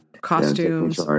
Costumes